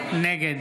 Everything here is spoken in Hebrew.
נגד